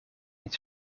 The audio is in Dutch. niet